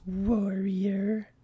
warrior